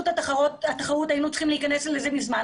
התחרות היינו צריכים להיכנס לזה מזמן,